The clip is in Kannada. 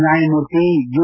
ನ್ನಾಯಮೂರ್ತಿ ಯು